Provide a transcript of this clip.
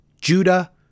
Judah